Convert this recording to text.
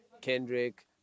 Kendrick